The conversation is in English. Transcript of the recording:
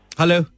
Hello